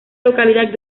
localidad